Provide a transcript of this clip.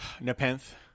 Nepenthe